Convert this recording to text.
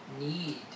need